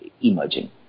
emerging